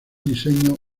diseño